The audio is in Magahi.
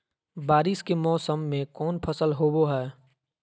बारिस के मौसम में कौन फसल होबो हाय?